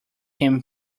him